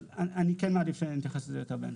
אבל אני כן מעדיף שנתייחס לזה קצת יותר בהמשך.